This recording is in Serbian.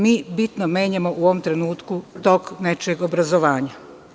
Mi bitno menjamo u ovom trenutku tok nečijeg obrazovanja.